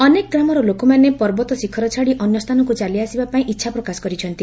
ଅନେକ ଗ୍ରାମର ଲୋକମାନେ ପର୍ବତ ଶିଖର ଛାଡ଼ି ଅନ୍ୟ ସ୍ଥାନକୁ ଚାଲିଆସିବା ପାଇଁ ଇଛା ପ୍ରକାଶ କରିଛନ୍ତି